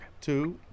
two